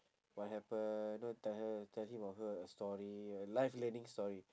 what happen know tell her tell him or her a story life learning story